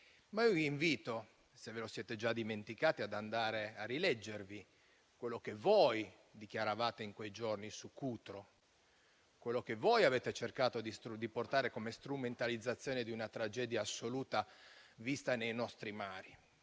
Cutro. Vi invito però - se ve lo siete già dimenticati - ad andare a rileggere quello che dichiaravate in quei giorni su Cutro, quello che avete cercato di portare come strumentalizzazione di una tragedia assoluta vista nei nostri mari,